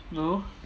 no